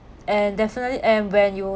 and definitely and when you